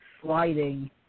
sliding